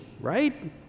right